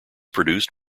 produced